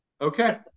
Okay